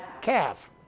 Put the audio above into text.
calf